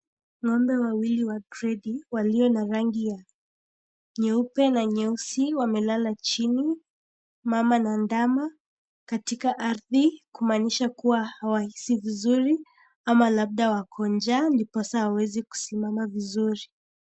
Ng'ombe wawili wa gradi, walio na rangi ya nyeupe na nyeusi wamelala chini. Mama na ndama, katika ardhi kumanisha kuwa hawahisi vizuri, ama labda wako njaa ndiposa hawawezi kusimama vizuri.